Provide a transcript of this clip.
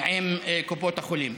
עם קופות החולים.